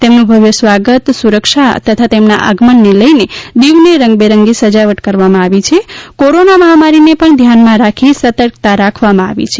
તેમનુ ભવ્ય સ્વાગત સુરક્ષા તથા તેમના આગમનને લઈને દીવને રંગબેરંગી સજાવટ કરવામાં આવી છે કોરોના મહામારીને પણ ધ્યાનમા રાખી સતર્કતા રાખવામાં આવી રહી છે